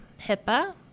HIPAA